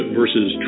versus